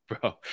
Bro